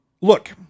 look